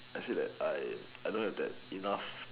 I say that I I don't have that enough